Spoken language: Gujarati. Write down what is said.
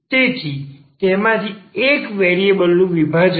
તેથી તેમાંથી એક વેરિએબલ નું વિભાજન છે